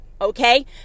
okay